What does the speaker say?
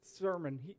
sermon